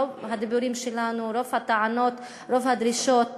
רוב הדיבורים שלנו, רוב הטענות, רוב הדרישות